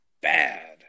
bad